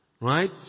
Right